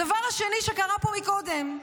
הדבר השני שקרה פה מקודם,